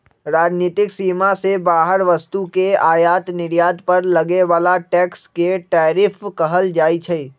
राजनीतिक सीमा से बाहर वस्तु के आयात निर्यात पर लगे बला कर के टैरिफ कहल जाइ छइ